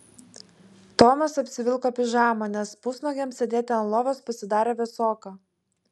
tomas apsivilko pižamą nes pusnuogiam sėdėti ant lovos pasidarė vėsoka